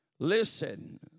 Listen